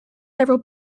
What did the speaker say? several